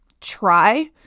try